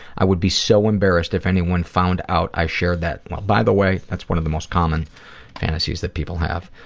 i would be so embarrassed if anyone found out i shared that. well by the way, that's one of the most common fantasies that people have.